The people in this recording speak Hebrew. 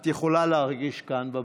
את יכולה להרגיש כאן בבית.